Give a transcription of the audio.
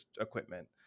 equipment